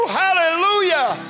hallelujah